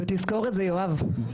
ותזכור את זה, יואב.